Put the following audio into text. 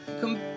come